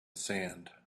sand